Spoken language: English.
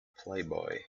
playboy